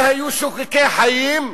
שהיו שוקקי חיים,